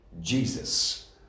Jesus